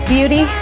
Beauty